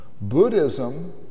Buddhism